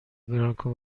برانکو